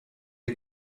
you